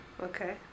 Okay